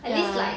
ya